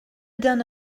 done